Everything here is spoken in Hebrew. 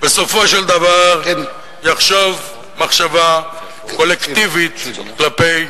בסופו של דבר יחשוב מחשבה קולקטיבית כלפי